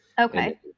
Okay